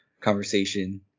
conversation